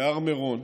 בהר מירון,